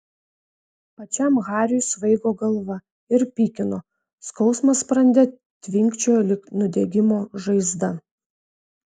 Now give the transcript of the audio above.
pačiam hariui svaigo galva ir pykino skausmas sprande tvinkčiojo lyg nudegimo žaizda